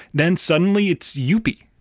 then suddenly it's youppi.